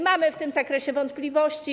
Mamy w tym zakresie wątpliwości.